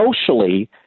socially